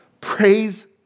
Praise